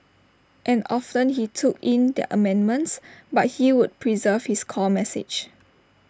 and often he took in their amendments but he would preserve his core message